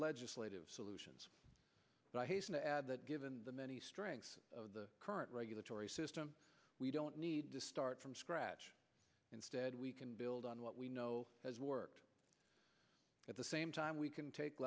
legislative solutions but i hasten to add that given the many strengths of the current regulatory system we don't need to start from scratch instead we can build on what we know has worked at the same time we can take